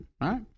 right